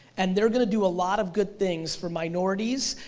and they're gonna do a lot of good things for minorities,